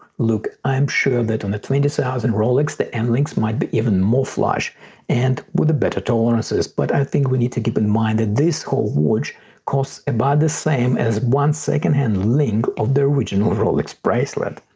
look i'm sure that on the twenty thousand rolex the end links might be even more flush and with the better tolerances but i think we need to keep in mind that this whole watch costs about the same as one second hand link of the original rolex bracelet.